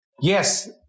Yes